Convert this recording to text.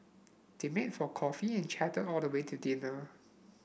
they met for coffee and chatted all the way till dinner